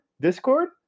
Discord